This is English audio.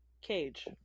cage